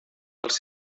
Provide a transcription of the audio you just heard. els